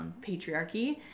patriarchy